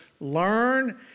learn